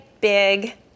big